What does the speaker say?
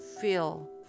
feel